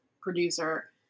producer